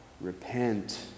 repent